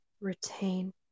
Retain